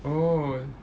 oh